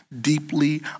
deeply